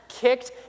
kicked